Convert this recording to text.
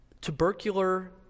tubercular